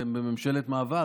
אתם בממשלת מעבר,